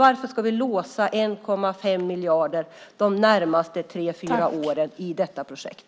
Varför ska vi låsa 1,5 miljarder de närmaste tre fyra åren i detta projekt?